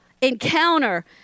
encounter